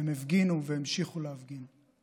הם הפגינו והמשיכו להפגין.